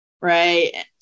right